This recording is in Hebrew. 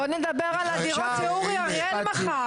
בוא נדבר על הדירות שאורי אריאל מכר.